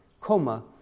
coma